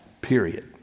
period